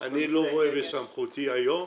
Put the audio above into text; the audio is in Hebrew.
אני לא רואה את זה בסמכותי היום.